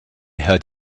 heard